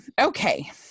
Okay